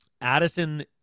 Addison